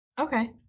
Okay